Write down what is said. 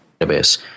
database